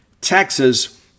Texas